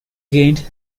gained